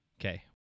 Okay